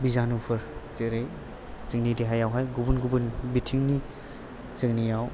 बिजानुफोर जेरै जोंनि देहायावहाय गुबुन गुबुन बिथिंनि जोंनियाव जोंनि